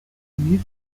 niece